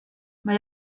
mae